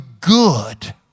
good